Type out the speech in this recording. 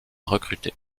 recruter